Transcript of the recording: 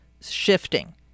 shifting